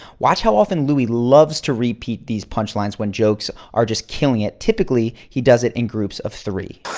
watch how often louis loves to repeat these punch lines when jokes are just killing it typically, he does it in groups of three.